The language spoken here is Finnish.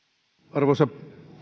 arvoisa